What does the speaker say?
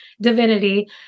divinity